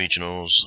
regionals